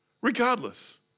Regardless